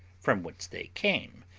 from whence they came,